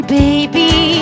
baby